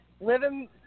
living